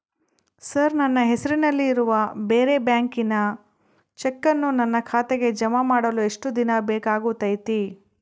Sir ನನ್ನ ಹೆಸರಲ್ಲಿ ಇರುವ ಬೇರೆ ಬ್ಯಾಂಕಿನ ಚೆಕ್ಕನ್ನು ನನ್ನ ಖಾತೆಗೆ ಜಮಾ ಮಾಡಲು ಎಷ್ಟು ದಿನ ಬೇಕಾಗುತೈತಿ?